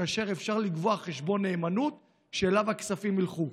כאשר אפשר לקבוע חשבון נאמנות שאליו הכספים ילכו.